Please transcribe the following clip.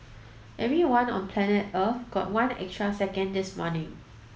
everyone on planet Earth got one extra second this morning